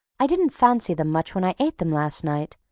i didn't fancy them much when i ate them last night,